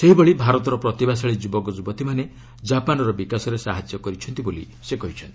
ସେହିଭଳି ଭାରତର ପ୍ରତିଭାଶାଳୀ ଯୁବକଯୁବତୀମାନେ ଜାପାନ୍ର ବିକାଶରେ ସାହାଯ୍ୟ କରିଛନ୍ତି ବୋଲି ସେ କହିଚ୍ଛନ୍ତି